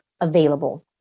available